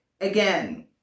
again